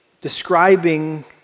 describing